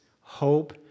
hope